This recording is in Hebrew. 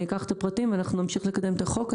אקח את הפרטים ואנחנו נמשיך לקדם את הצעת החוק.